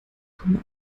komma